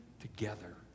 together